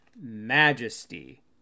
Majesty